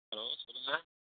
hello சொல்லுங்கள்